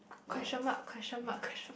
question mark question mark question mark